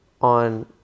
on